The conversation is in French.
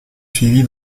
suivi